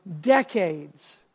decades